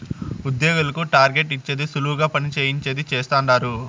ఉద్యోగులకు టార్గెట్ ఇచ్చేది సులువుగా పని చేయించేది చేస్తండారు